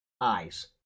eyes